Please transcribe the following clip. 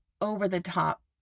over-the-top